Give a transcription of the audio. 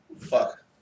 Fuck